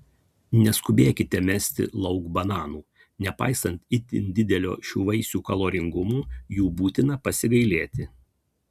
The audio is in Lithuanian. neskubėkite mesti lauk bananų nepaisant itin didelio šių vaisių kaloringumo jų būtina pasigailėti